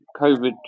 COVID